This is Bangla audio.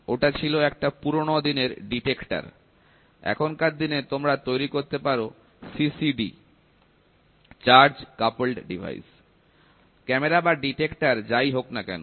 ওটা ছিল একটা পুরনো দিনের ডিটেক্টর এখনকার দিনে তোমরা তৈরি করতে পারো CCD ক্যামেরা বা ডিটেক্টর যাই হোক না কেন